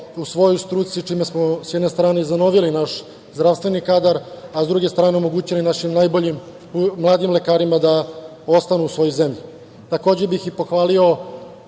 u svojoj struci, čime smo, s jedne strane, i zanovili naš zdravstveni kadar, a sa druge strane omogućili našim najboljim mladim lekarima da ostanu u svojoj zemlji. Pohvalio